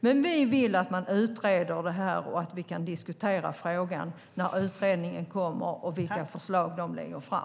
Men vi vill att man utreder det här så att vi kan diskutera frågan när utredningen kommer och lägger fram förslag.